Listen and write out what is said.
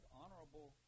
honorable